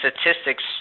statistics